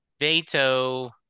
beto